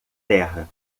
terra